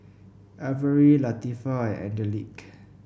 Averie Latifah and Angelique